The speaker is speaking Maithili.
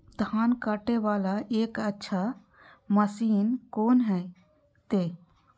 धान कटे वाला एक अच्छा मशीन कोन है ते?